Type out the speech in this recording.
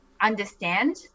understand